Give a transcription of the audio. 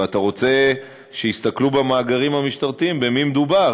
ואתה רוצה שיסתכלו במאגרים המשטרתיים במי מדובר,